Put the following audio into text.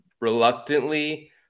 reluctantly